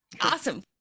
Awesome